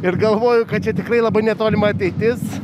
ir galvoju kad čia tikrai labai netolima ateitis